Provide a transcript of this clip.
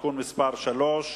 (תיקון מס' 3)